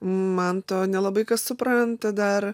manto nelabai kas supranta dar